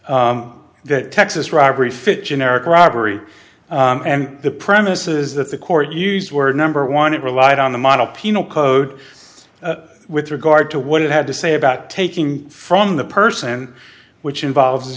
that texas robbery fit generic robbery and the premises that the court used were number one it relied on the model penal code with regard to what it had to say about taking from the person which involves